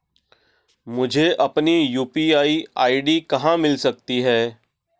मुझे अपनी UPI ID कहां मिल सकती है?